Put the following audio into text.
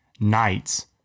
nights